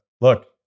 look